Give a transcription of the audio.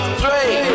three